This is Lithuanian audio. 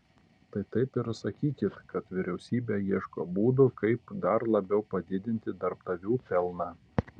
tai taip ir sakykit kad vyriausybė ieško būdų kaip dar labiau padidinti darbdavių pelną